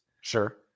Sure